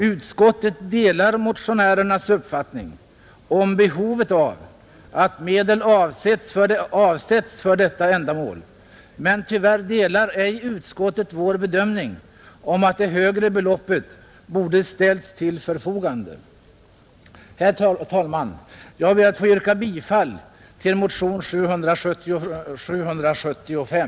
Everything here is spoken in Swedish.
Utskottet delar motionärernas uppfattning om behovet av att medel avsätts för detta ändamål, men tyvärr delar ej utskottet vår bedömning att det högre beloppet borde ha ställts till förfogande. Herr talman! Jag ber att få yrka bifall till motionen 775.